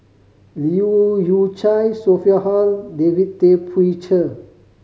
Leu Yew Chye Sophia Hull David Tay Poey Cher